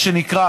מה שנקרא,